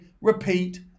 repeat